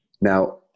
Now